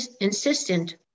insistent